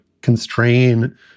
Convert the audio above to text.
constrain